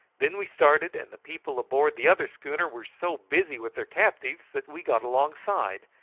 then we started, and the people aboard the other schooner were so busy with their captives that we got alongside,